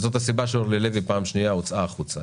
זאת הסיבה שאורלי לוי פעם שנייה הוצאה החוצה.